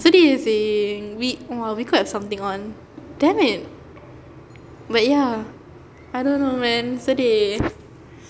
sedih seh we !wah! we could have something on damn it but ya I don't know man sedih